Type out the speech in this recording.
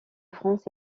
france